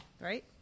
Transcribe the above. Right